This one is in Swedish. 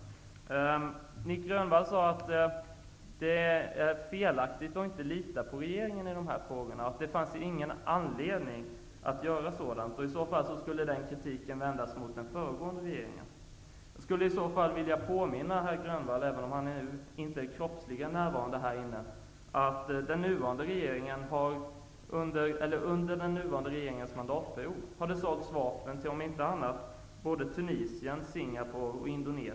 Nic Grönvall sade att det är fel att inte lita på regeringen i dessa frågor. I så fall skulle den kritiken vändas mot den föregående regeringen. Jag vill påminna herr Grönvall, även om han kroppsligen inte är närvarande, att under den nuvarande regeringens mandatperiod har det sålts vapen till bl.a. Tunisien, Singapore och Indonesien.